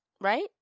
Right